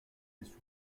des